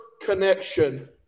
connection